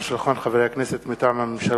של שולחן הכנסת, לקריאה ראשונה, מטעם הממשלה: